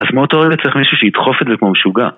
אז מאותו רגע צריך מישהו שידחוף את זה כמו משוגע